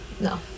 no